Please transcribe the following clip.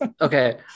Okay